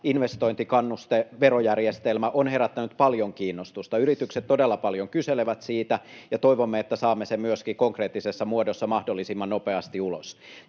investointikannusteverojärjestelmä on herättänyt paljon kiinnostusta. Yritykset todella paljon kyselevät siitä, ja toivomme, että saamme sen myöskin konkreettisessa muodossa mahdollisimman nopeasti ulos.